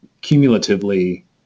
cumulatively